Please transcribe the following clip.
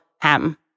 ham